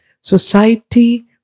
society